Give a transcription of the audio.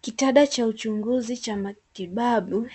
Kitanda cha uchunguzi cha matibabu